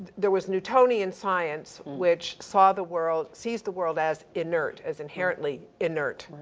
there was newtonian science which saw the world, sees the world as inert, as inherently inert.